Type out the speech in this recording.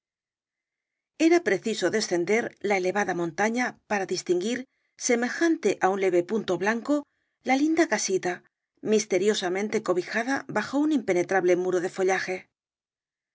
era preciso descender la elevada montaña para distinguir semejante á un leve punto blanco la linda casita misteriosamente cobijada bajo un impenetrable muro de follaje